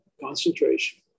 concentration